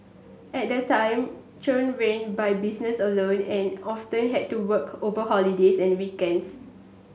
at that time Chung ran by business alone and often had to work over holidays and weekends